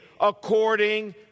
according